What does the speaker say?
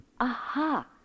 aha